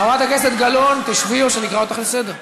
חברת הכנסת גלאון, תשבי או שאני אקרא אותך לסדר.